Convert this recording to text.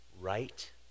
right